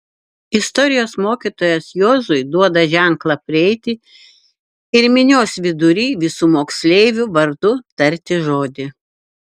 istorijos mokytojas juozui duoda ženklą prieiti ir minios vidury visų moksleivių vardu tarti žodį